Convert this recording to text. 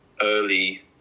early